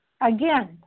again